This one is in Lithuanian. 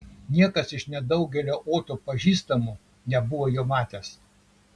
niekas iš nedaugelio oto pažįstamų nebuvo jo matęs